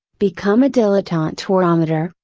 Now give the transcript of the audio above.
become a dilettante or amateur,